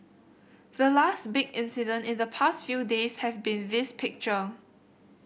the last big incident in the past few days have been this picture